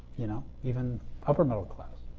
you know, even upper middle-class.